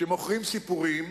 כשמוכרים סיפורים